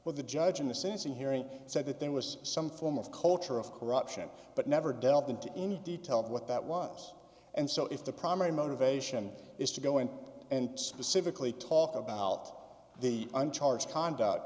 with a judge in the sense in hearing said that there was some form of culture of corruption but never delved into any detail of what that was and so if the primary motivation is to go in and specifically talk d about the un charge con